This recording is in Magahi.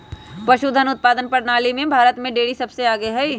पशुधन उत्पादन प्रणाली में भारत में डेरी सबसे आगे हई